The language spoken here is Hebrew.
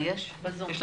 תני לנו תמונת